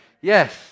Yes